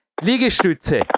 Liegestütze